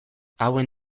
hauen